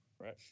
Right